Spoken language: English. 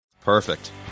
Perfect